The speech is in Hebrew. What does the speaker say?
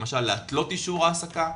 למשל: להתלות אישור העסקה,